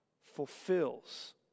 fulfills